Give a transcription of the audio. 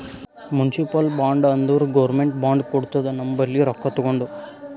municipal bond ಅಂದುರ್ government bond ಕೊಡ್ತುದ ನಮ್ ಬಲ್ಲಿ ರೊಕ್ಕಾ ತಗೊಂಡು